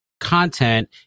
content